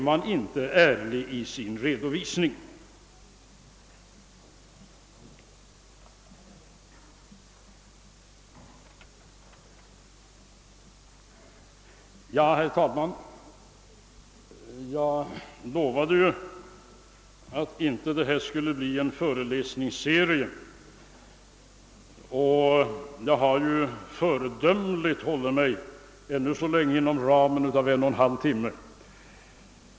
Jag lovade ju att detta inte skulle bli en föreläsningsserie, och jag har föredömligt ännu så länge hållit mig inom ramen av en och en halv timme.